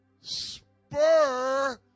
spur